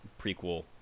prequel